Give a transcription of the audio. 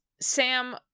Sam